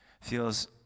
feels